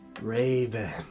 Raven